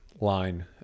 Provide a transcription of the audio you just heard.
line